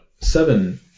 seven